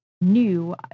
new